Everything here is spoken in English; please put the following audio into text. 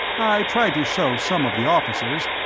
i tried to show some of the officers,